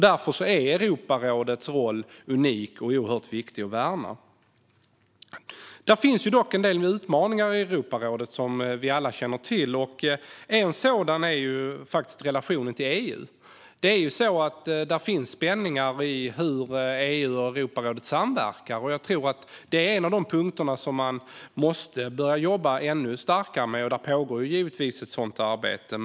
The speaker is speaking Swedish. Därför är Europarådets roll unik och oerhört viktig att värna. Det finns dock en del utmaningar i Europarådet, som vi alla känner till. En sådan är faktiskt relationen till EU. Det finns spänningar i hur EU och Europarådet samverkar. Jag tror att det är en av de punkter som man måste börja jobba ännu starkare med. Ett sådant arbete pågår givetvis.